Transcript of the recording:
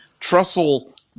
Trussell